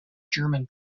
german